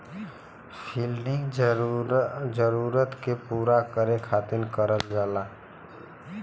funding जरूरत के पूरा करे खातिर करल जाला